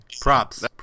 props